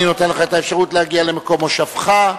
אני נותן לך את האפשרות להגיע למקום מושבך.